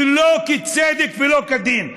שלא בצדק ולא כדין.